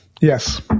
Yes